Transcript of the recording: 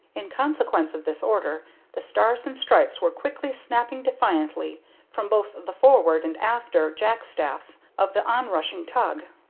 in consequence of this order the stars and stripes were quickly snapping defiantly from both the forward and after jack-staffs of the on-rushing tug.